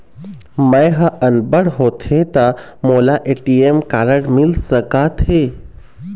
मैं ह अनपढ़ होथे ता मोला ए.टी.एम कारड मिल सका थे?